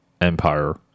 Empire